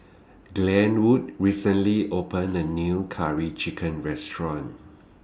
Glenwood recently opened A New Curry Chicken Restaurant